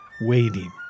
waiting